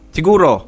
Siguro